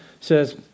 says